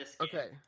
okay